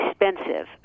expensive